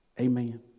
Amen